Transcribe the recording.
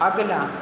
अगला